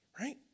Right